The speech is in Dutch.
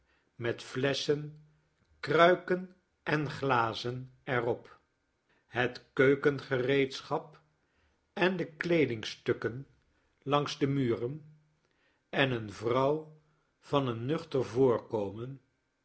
met flesschen kruiken en glazen er op het keukengereedschap en de kleedingstukken langs de muren en een vrouw van een nuchter voorkomen